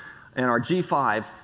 and our g five,